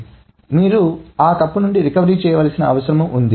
కాబట్టి మీరు ఆ తప్పు నుండి రికవరీ చెయ్యవలసిన అవసరం ఉంది